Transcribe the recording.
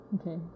okay